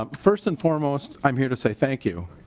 um first and foremost i'm here to say thank you.